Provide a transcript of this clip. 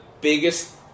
biggest